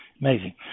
Amazing